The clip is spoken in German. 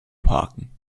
parken